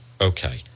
Okay